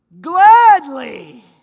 Gladly